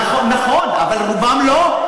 נכון, אבל רובם לא.